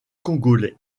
congolais